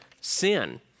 sin